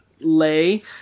lay